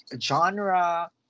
genre